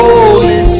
Holy